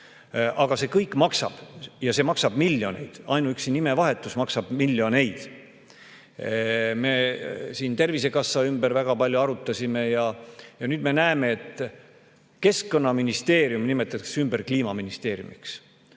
Aga see kõik maksab ja see maksab miljoneid. Ainuüksi nimevahetus maksab miljoneid. Me siin Tervisekassa ümber [sel teemal] väga palju arutasime ja nüüd me näeme, et Keskkonnaministeerium nimetatakse ümber kliimaministeeriumiks.